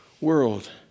world